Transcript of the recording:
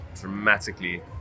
dramatically